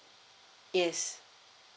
yes